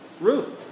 room